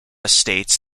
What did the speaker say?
states